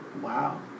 Wow